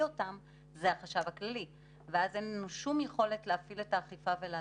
אותם ולנו אין שום יכולת להפעיל את האכיפה ולעצור.